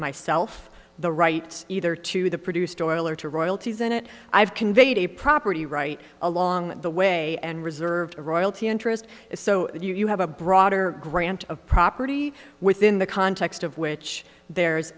myself the rights either to the produced oil or to royalties in it i've conveyed a property right along the way and reserve a royalty interest so you have a broader grant of property within the context of which there's